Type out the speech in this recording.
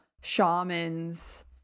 shamans